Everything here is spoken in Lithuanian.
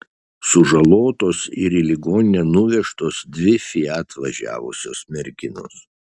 sužalotos ir į ligoninę nuvežtos dvi fiat važiavusios merginos